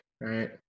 right